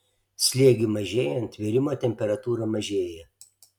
slėgiui mažėjant virimo temperatūra mažėja